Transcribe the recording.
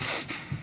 לא חייב.